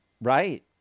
Right